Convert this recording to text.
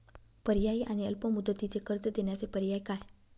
पर्यायी आणि अल्प मुदतीचे कर्ज देण्याचे पर्याय काय?